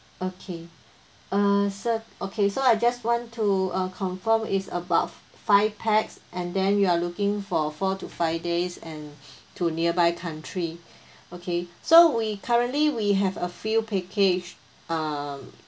okay uh sir okay so I just want to uh confirm is about five pax and then you are looking for four to five days and to nearby country okay so we currently we have a few package um